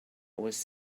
was